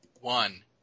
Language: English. One